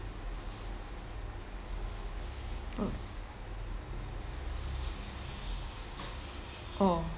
oh orh